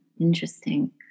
Interesting